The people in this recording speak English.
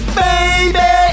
baby